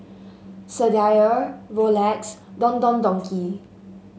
Sadia Rolex Don Don Donki